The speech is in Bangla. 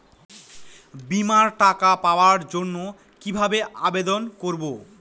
বিমার টাকা পাওয়ার জন্য কিভাবে আবেদন করব?